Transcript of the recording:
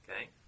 Okay